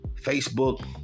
Facebook